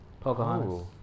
Pocahontas